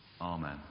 Amen